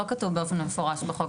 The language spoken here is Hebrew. לא כתוב באופן מפורש בחוק.